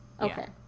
Okay